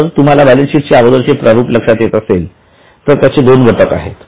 जर तुम्हाला बॅलन्सशीटचे अगोदरचे प्रारुप लक्षात असेल तर त्याचे दोन घटक आहेत